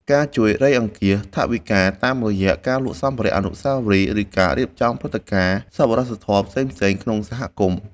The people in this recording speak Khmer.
ការជួយរៃអង្គាសថវិកា តាមរយៈការលក់សម្ភារៈអនុស្សាវរីយ៍ ឬការរៀបចំព្រឹត្តិការណ៍សប្បុរសធម៌ផ្សេងៗក្នុងសហគមន៍។